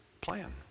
plan